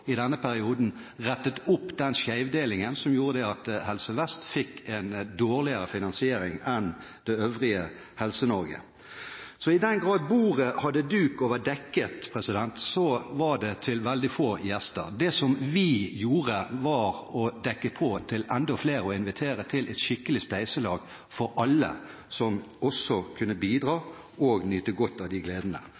I Hordaland fikk vi også i denne perioden rettet opp den skjevdelingen som gjorde at Helse Vest fikk en dårligere finansiering enn det øvrige Helse-Norge. Så i den grad bordet hadde duk og var dekket, så var det til veldig få gjester. Det som vi gjorde, var å dekke på til enda flere og invitere til et skikkelig spleiselag for alle, som også kunne bidra